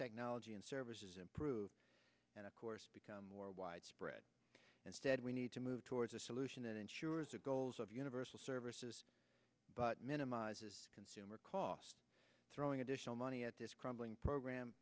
technology and services improve and of course become more widespread instead we need to move towards a solution that ensures a goals of universal services but minimizes consumer costs throwing additional money at this crumbling program